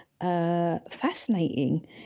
Fascinating